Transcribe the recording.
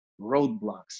roadblocks